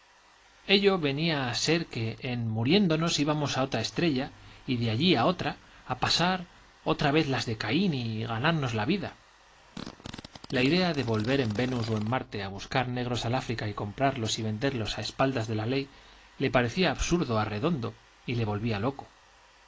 ello venía a ser que en muriéndonos íbamos a otra estrella y de allí a otra a pasar otra vez las de caín y ganarnos la vida la idea de volver en venus o en marte a buscar negros al áfrica y comprarlos y venderlos a espaldas de la ley le parecía absurda a redondo y le volvía loco